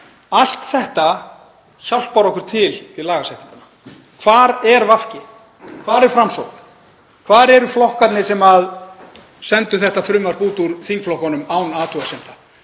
Allt þetta hjálpar okkur til við lagasetninguna. Hvar er VG? Hvar er Framsókn? Hvar eru flokkarnir sem sendu þetta frumvarp út úr þingflokkunum án athugasemda?